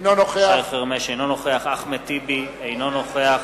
אינו נוכח אחמד טיבי, אינו נוכח